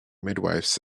midwifes